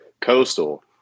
Coastal